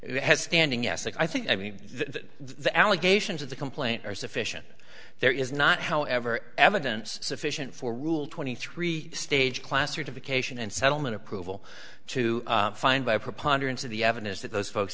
it has standing yes i think i mean the the allegations of the complaint are sufficient there is not however evidence sufficient for rule twenty three stage classer to vacation and settlement approval to find by preponderance of the evidence that those folks